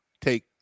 take